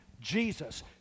Jesus